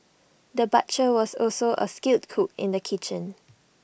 the butcher was also A skilled cook in the kitchen